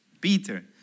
Peter